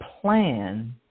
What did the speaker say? plan